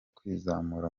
kwizamura